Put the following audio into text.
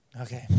Okay